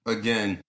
again